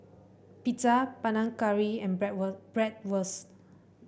Pizza Panang Curry and Bratwurst